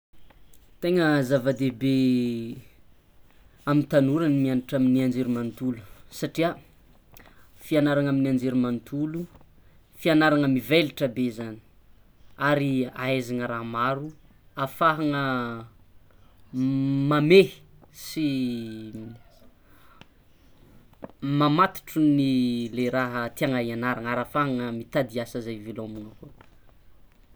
Tegna zavadehibe amy tanora ny miagnatra amin'ny anjery manontolo satria fiagnarana amin'ny anjery manontolo fianarana mivelatra be zany ary ahaizana raha maro ary ahafahana mamehy sy mamatotro ny le raha tiagna hianarana ary ahafahana mitady asa zay hivelomana koa.